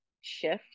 shift